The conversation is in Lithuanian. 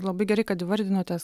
labai gerai kad įvardinote